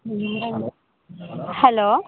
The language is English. hello